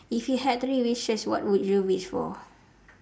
if you had three wishes what would you wish for